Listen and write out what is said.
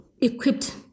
equipped